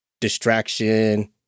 distraction